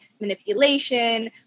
manipulation